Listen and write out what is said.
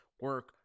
Work